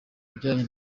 bijyanye